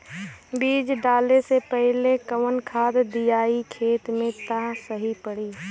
बीज डाले से पहिले कवन खाद्य दियायी खेत में त सही पड़ी?